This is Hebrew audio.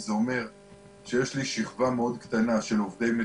זה אומר שיש לי שכבה קטנה מאוד של עובדי מדינה,